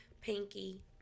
Pinky